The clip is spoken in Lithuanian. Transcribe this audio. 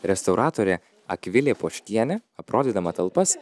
restauratorė akvilė poškienė aprodydama talpas